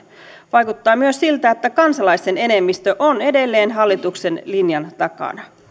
vaikuttaa myös siltä että kansalaisten enemmistö on edelleen hallituksen linjan takana